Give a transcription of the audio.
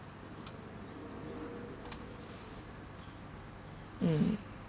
mm